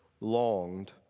longed